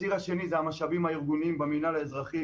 הציר השני זה המשאבים הארגוניים במינהל האזרחי.